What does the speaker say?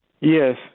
Yes